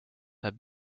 have